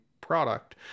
product